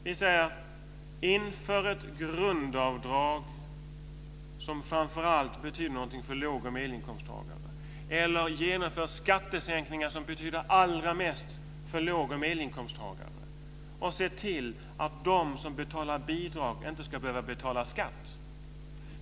Vi säger: Inför ett grundavdrag som framför allt betyder något för låg och medelinkomsttagare eller genomför skattesänkningar som betyder allra mest för låg och medelinkomsttagare och se till att de som betalar bidrag inte ska behöva betala skatt.